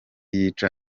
yica